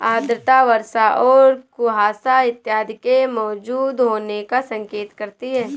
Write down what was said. आर्द्रता वर्षा और कुहासा इत्यादि के मौजूद होने का संकेत करती है